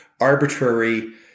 arbitrary